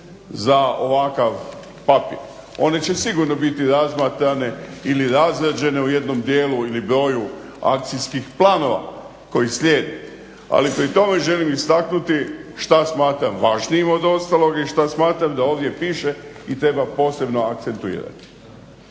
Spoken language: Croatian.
za ovakav papir. One će sigurno biti razmatrane ili razrađene u jednom dijelu ili broju akcijskih planova koji slijede, ali pri tome želim istaknuti što smatram važnijim od ostalog i što smatram da ovdje piše i treba posebno akceptirati.